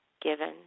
Given